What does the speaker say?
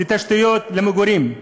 לתשתיות למגורים?